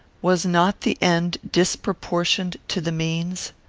was not the end disproportioned to the means?